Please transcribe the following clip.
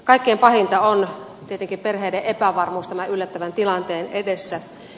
kaikkein pahinta on tietenkin perheiden epävarmuus tämän yllättävän tilanteen edessä